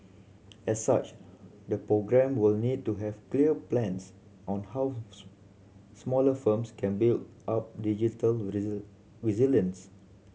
as such the programme will need to have clear plans on how smaller firms can build up digital resilience